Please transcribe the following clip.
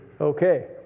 okay